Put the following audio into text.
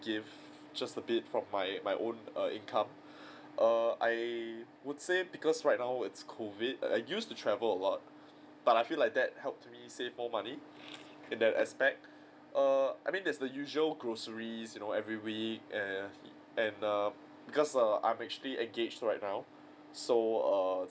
give just a bit from my my own err income err I would say because right now it's COVID I used to travel a lot but I feel like that helped me save more money in that aspect err I mean there's the usual groceries you know every week and and err because err I'm actually engaged right now so err